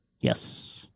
Yes